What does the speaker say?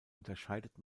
unterscheidet